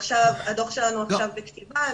הדוח שלנו עכשיו בכתיבה.